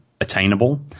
attainable